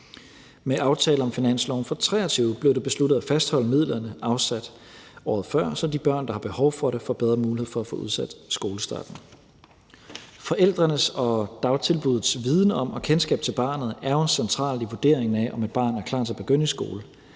Med aftale om finansloven for 2023 blev det besluttet at fastholde midlerne afsat året før, så de børn, der har behov for det, får bedre mulighed for at få udsat skolestarten. Forældrenes og dagtilbuddets viden om og kendskab til barnet er jo centralt i vurderingen af, om et barn er klar til at begynde i skole.